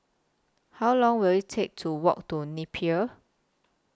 How Long Will IT Take to Walk to Napier